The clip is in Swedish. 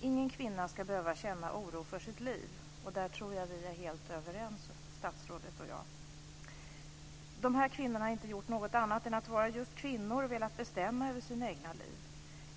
Ingen kvinna ska behöva känna oro för sitt liv. Där tror jag att statsrådet och jag är helt överens. De här kvinnorna har inte gjort något annat än att vara just kvinnor och velat bestämma över sina egna liv.